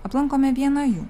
aplankome vieną jų